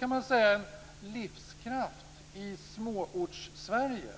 Man kan säga att det finns en livskraft i Småortssverige